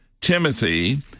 Timothy